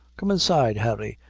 come inside, harry,